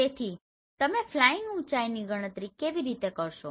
તેથી તમે ફ્લાઈંગ ઉચાઇની ગણતરી કેવી રીતે કરશો